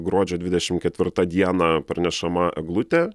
gruodžio dvidešim ketvirtą dieną parnešama eglutė